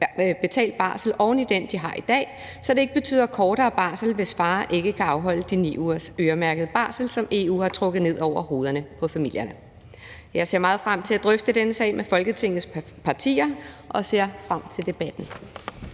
betalt barsel oven i den, de har i dag, så det ikke betyder kortere barsel, hvis far ikke kan afholde de 9 ugers øremærket barsel, som EU har trukket ned over hovederne på familierne. Jeg ser meget frem til at drøfte denne sag med Folketingets partier og ser frem til debatten.